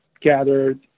gathered